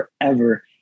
forever